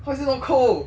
how is this not cold